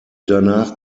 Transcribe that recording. danach